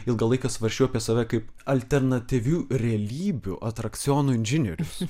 ilgą laiką svarsčiau apie save kaip alternatyvių realybių atrakcionų inžinierius